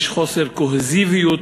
יש חוסר קוהסיביות,